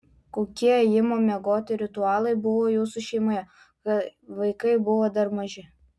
kokie ėjimo miegoti ritualai buvo jūsų šeimoje kai vaikai buvo dar maži